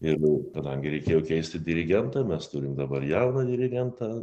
ir nu kadangi reikėjo keisti dirigentą mes turim dabar jauną dirigentą